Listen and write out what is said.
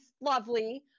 lovely